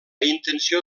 intenció